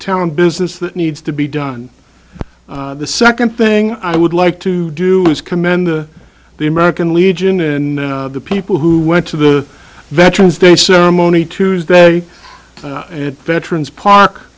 talent business that needs to be done the second thing i would like to do is commend the the american legion and the people who went to the veterans day ceremony tuesday veterans park